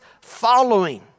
following